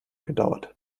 gedauert